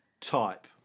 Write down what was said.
type